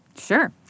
Sure